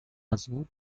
azul